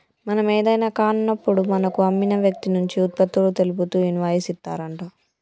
మనం ఏదైనా కాన్నప్పుడు మనకు అమ్మిన వ్యక్తి నుంచి ఉత్పత్తులు తెలుపుతూ ఇన్వాయిస్ ఇత్తారంట